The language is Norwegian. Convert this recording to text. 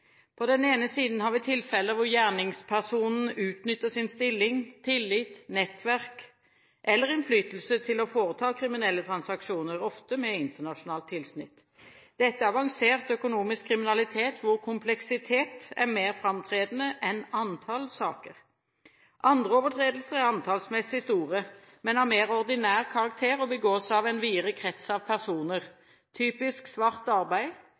På den ene siden har vi tilfeller hvor gjerningspersonen utnytter sin stilling, tillit, nettverk eller innflytelse til å foreta kriminelle transaksjoner, ofte med internasjonalt tilsnitt. Dette er avansert økonomisk kriminalitet hvor kompleksitet er mer framtredende enn antall saker. Andre overtredelser er antallsmessig store, men har mer ordinær karakter og begås av en videre krets av personer, typisk svart arbeid,